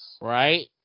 Right